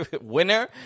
winner